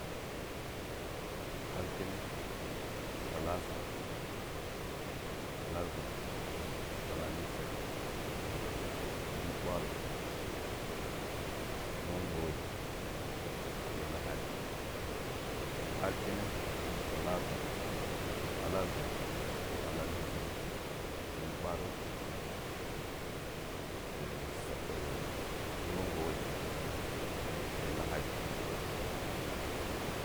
Albnə, salasa, alarba, alamisa, jumɓwarə, lɨmo gbəwəi, sai lahdi, albnə, salasa, alarba, alamisa, jumɓwarən, lɨmo gbəwəi sai lahdi